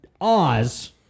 Oz